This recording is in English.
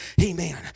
Amen